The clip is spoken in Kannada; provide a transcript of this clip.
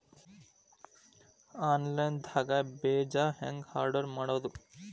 ಆನ್ಲೈನ್ ದಾಗ ಬೇಜಾ ಹೆಂಗ್ ಆರ್ಡರ್ ಮಾಡೋದು?